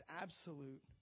absolute